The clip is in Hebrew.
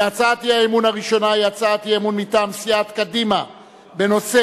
והצעת האי-אמון הראשונה היא הצעת אי-אמון מטעם סיעת קדימה בנושא: